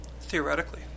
theoretically